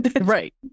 Right